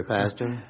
Pastor